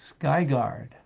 Skyguard